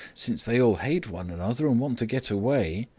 since they all hate one another and want to get away.